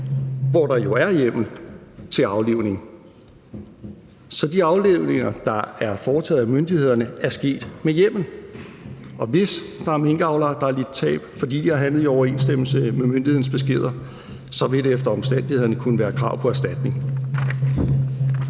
hvor der jo er hjemmel til aflivning. Så de aflivninger, der er foretaget af myndighederne, er sket med hjemmel, og hvis der er minkavlere, der har lidt tab, fordi de har handlet i overensstemmelse med myndighedens beskeder, så vil der efter omstændighederne kunne være krav på erstatning.